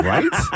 Right